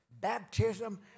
baptism